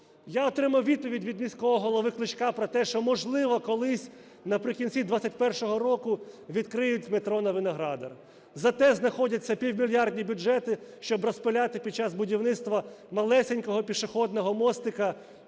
Я отримав відповідь від міського голови Кличка про те, що, можливо, колись наприкінці 21-го року відкриють метро на Виноградар. Зате знаходяться півмільярдні бюджети, щоб "розпиляти" під час будівництва малесенького пішохідного мостика